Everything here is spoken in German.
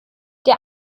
der